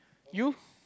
youth